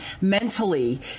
mentally